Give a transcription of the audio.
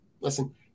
listen